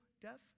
death